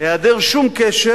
היעדר קשר